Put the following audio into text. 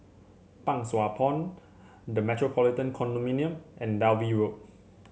Pang Sua Pond The Metropolitan Condominium and Dalvey Road